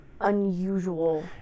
unusual